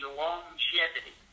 longevity